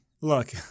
look